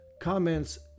comments